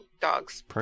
dogs